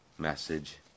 message